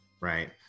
right